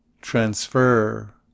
transfer